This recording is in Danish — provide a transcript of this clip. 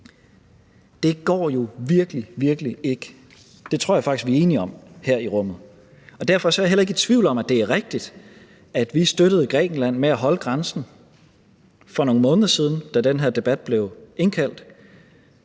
virkelig, virkelig ikke. Det tror jeg faktisk vi er enige om her i rummet. Og derfor er jeg heller ikke i tvivl om, at det var rigtigt, at vi støttede Grækenland med at holde grænsen for nogle måneder siden, da der blev indkaldt